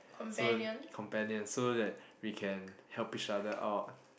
so companion so that we can help each other out